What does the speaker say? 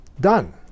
Done